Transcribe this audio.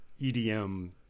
EDM